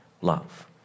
love